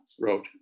wrote